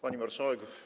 Pani Marszałek!